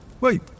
Wait